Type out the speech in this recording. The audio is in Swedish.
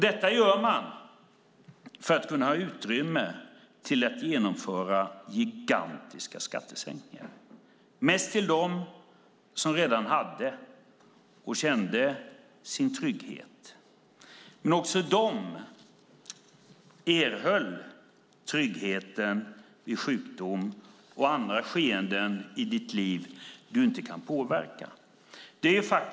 Detta gör regeringen för att ha utrymme att genomföra gigantiska skattesänkningar, och mest till dem som redan hade och kände sin trygghet. Men också de erhöll trygghet vid sjukdom och andra skeenden i livet som man inte kan påverka.